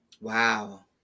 Wow